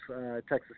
texas